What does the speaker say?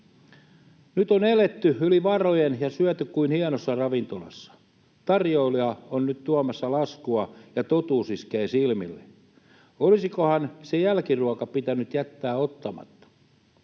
Nyt on eletty yli varojen ja syöty kuin hienossa ravintolassa. Tarjoilija on nyt tuomassa laskua ja totuus iskee silmille. Olisikohan se jälkiruoka pitänyt jättää ottamatta?